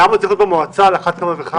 למה זה צריך להיות במועצה, על אחת כמה וכמה.